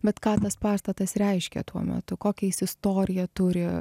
bet ką tas pastatas reiškė tuo metu kokią jis istoriją turi